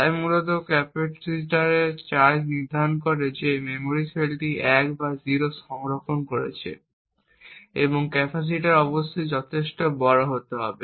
তাই মূলত ক্যাপাসিটরের চার্জ নির্ধারণ করে যে এই মেমরি সেলটি 1 বা 0 সংরক্ষণ করছে এবং ক্যাপাসিটর অবশ্যই যথেষ্ট বড় হতে হবে